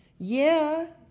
yeah,